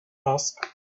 asked